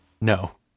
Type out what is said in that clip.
No